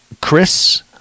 Chris